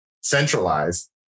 centralized